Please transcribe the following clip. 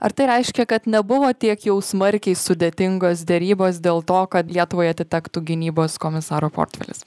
ar tai reiškia kad nebuvo tiek jau smarkiai sudėtingos derybos dėl to kad lietuvai atitektų gynybos komisaro portfelis